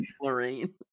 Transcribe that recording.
Lorraine